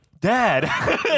Dad